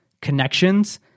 connections